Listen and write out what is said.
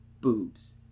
boobs